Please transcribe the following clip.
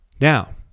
Now